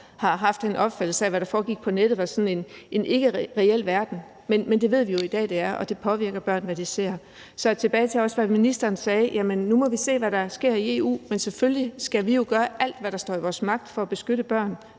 har haft en opfattelse af, at det, der foregik på nettet, ikke var en reel verden, men det ved vi jo i dag at det er, og vi ved, at det påvirker børn, hvad de ser. For at vende tilbage til det, som ministeren sagde, så må vi se, hvad der sker i EU, men selvfølgelig skal vi jo gøre alt, hvad der står i vores magt, for at beskytte børn